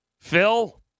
Phil